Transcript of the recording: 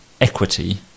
equity